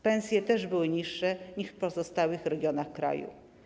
Pensje też były niższe niż w pozostałych regionach kraju.